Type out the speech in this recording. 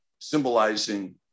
symbolizing